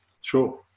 sure